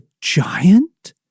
giant